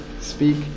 speak